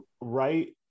right